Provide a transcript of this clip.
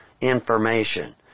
information